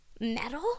Metal